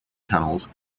tunnels